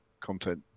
Content